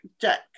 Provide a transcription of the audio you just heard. Jack